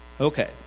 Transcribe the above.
Okay